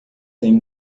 tenho